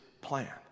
plan